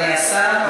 אדוני השר.